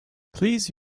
please